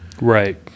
Right